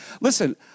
listen